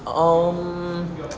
um